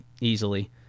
easily